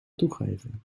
toegeven